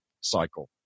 cycle